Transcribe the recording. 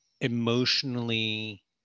emotionally